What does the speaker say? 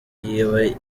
yiwe